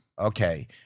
Okay